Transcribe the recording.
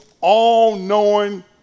all-knowing